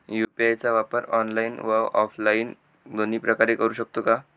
UPI चा वापर online व ऑफलाईन दोन्ही प्रकारे करु शकतो का?